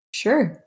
sure